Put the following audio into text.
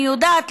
אני יודעת,